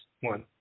one